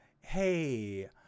hey